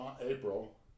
April